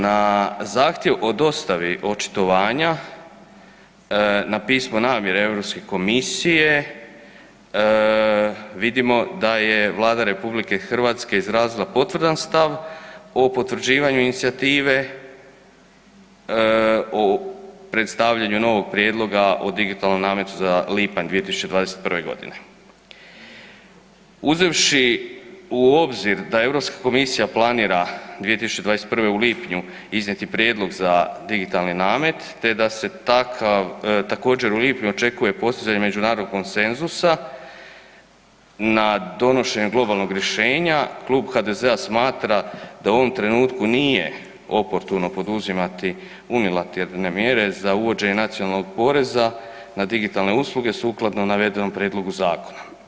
Na zahtjev o dostavi očitovanja na pismo namjere Europske komisije vidimo da je Vlada RH izrazila potvrdan stav o potvrđivanju inicijative o predstavljanju novog prijedloga o digitalnom nametu za lipanj 2021.g. Uzevši u obzir da Europska komisija planira 2021.u lipnju iznijeti prijedlog za digitalni namet te da se također u lipnju očekuje postizanje međunarodnog konsenzusa na donošenju globalnog rješenja, klub HDZ-a smatra da u ovom trenutku nije oportuno preuzimati unilateralne mjere za uvođenje nacionalnog poreza na digitalne usluge sukladno navedenom prijedlogu zakona.